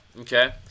Okay